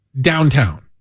downtown